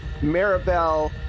maribel